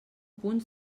punts